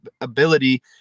ability